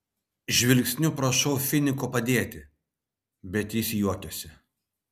žvilgsniu prašau finiko padėti bet jis juokiasi